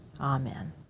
Amen